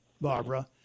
Barbara